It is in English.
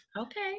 Okay